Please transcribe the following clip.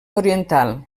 oriental